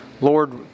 Lord